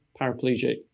paraplegic